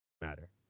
matter